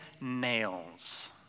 nails